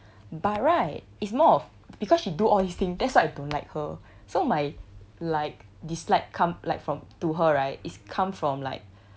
but right is more of because she do all this thing that's why I don't like her so my like dislike come like from to her right is come from like